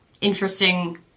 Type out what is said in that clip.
interesting